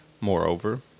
Moreover